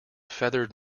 feathered